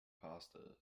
pasta